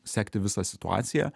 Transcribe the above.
sekti visą situaciją